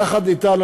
יחד אתנו,